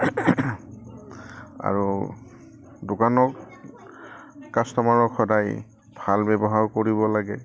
আৰু দোকানত কাষ্টমাৰক সদায় ভাল ব্যৱহাৰ কৰিব লাগে